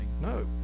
No